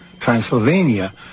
Transylvania